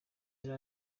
yari